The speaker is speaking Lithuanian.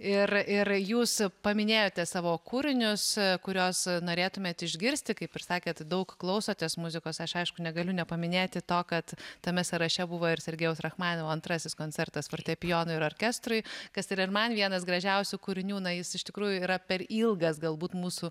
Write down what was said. ir ir jūs paminėjote savo kūrinius kuriuos norėtumėt išgirsti kaip išsakėt daug klausotės muzikos aš aišku negaliu nepaminėti to kad tame sąraše buvo ir sergejaus rachmaninovo antrasis koncertas fortepijonui ir orkestrui kas yra ir man vienas gražiausių kūrinių na jis iš tikrųjų yra per ilgas galbūt mūsų